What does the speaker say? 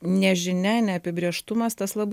nežinia neapibrėžtumas tas labai